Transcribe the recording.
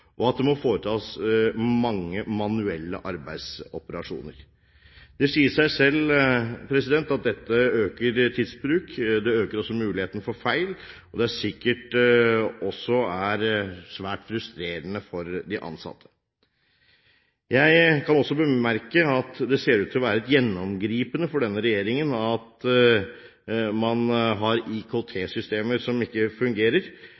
og at det må foretas mange manuelle arbeidsoperasjoner. Det sier seg selv at dette øker tidsbruken, det øker også muligheten for feil, og det er sikkert også svært frustrerende for de ansatte. Jeg kan også bemerke at det ser ut til å være gjennomgripende for denne regjeringen at man har IKT-systemer som ikke fungerer